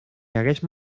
hagués